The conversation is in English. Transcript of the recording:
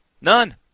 None